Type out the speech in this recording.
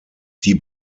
die